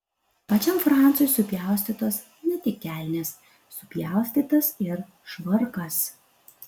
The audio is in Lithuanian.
pačiam francui supjaustytos ne tik kelnės supjaustytas ir švarkas